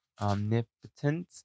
omnipotent